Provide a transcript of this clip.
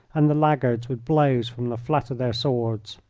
and the laggards with blows from the flat of their swords.